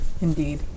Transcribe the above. Indeed